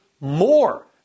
more